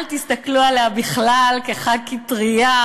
אל תסתכלו עליה בכלל כעל חברת כנסת טרייה,